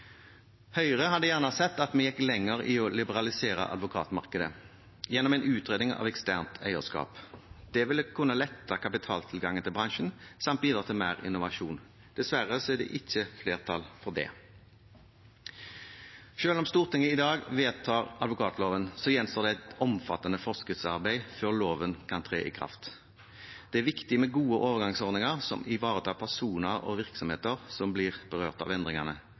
Høyre hadde gjerne sett at vi gikk lenger i å liberalisere advokatmarkedet gjennom en utredning av eksternt eierskap. Det ville kunne lette kapitaltilgangen til bransjen, samt bidra til mer innovasjon. Dessverre er det ikke flertall for det. Selv om Stortinget i dag vedtar advokatloven, gjenstår det et omfattende forskriftsarbeid før loven kan tre i kraft. Det er viktig med gode overgangsordninger som ivaretar personer og virksomheter som blir berørt av endringene.